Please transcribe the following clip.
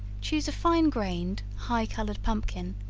choose a fine grained, high colored pumpkin,